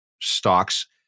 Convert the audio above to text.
stocks